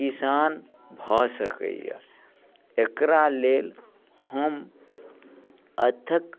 किसान भऽ सकैया एकरा लेल हम अथक